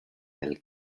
del